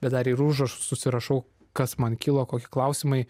bet dar ir užrašus susirašau kas man kilo kokie klausimai